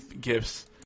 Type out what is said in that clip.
gifts